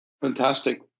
Fantastic